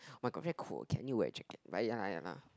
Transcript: my got friend cold can you wear jacket right ya lah ya lah